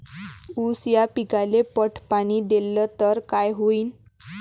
ऊस या पिकाले पट पाणी देल्ल तर काय होईन?